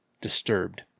disturbed